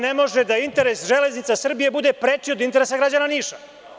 Ne može da interes „Železnica Srbije“ bude preči od interesa građana Niša.